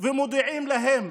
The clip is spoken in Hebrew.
ומודיעים להם